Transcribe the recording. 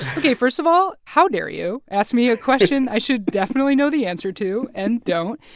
ok, first of all, how dare you ask me a question i should definitely know the answer to and don't?